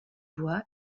bois